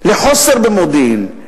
לחוסר במודיעין,